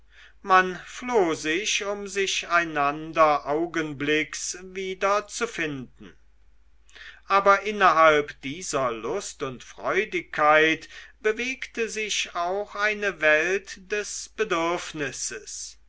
man floh sich um sich einander augenblicks wieder zu finden aber innerhalb dieser lust und freudigkeit bewegte sich auch eine welt des bedürfnisses